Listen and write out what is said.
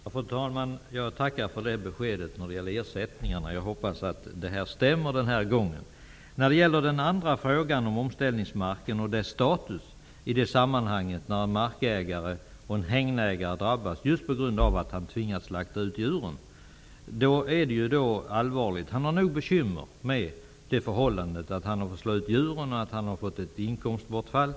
Fru talman! Jag tackar för beskedet i fråga om ersättningarna. Jag hoppas att det stämmer denna gång. Vidare har vi den andra frågan om omställningsmarken och dess status. Det gäller det sammanhanget när en mark och hägnägare drabbas av att han tvingas slakta ut djuren. Då är det allvarligt. Han har nog med bekymmer med förhållandet att han får slakta ut djuren och att det blir ett inkomstbortfall.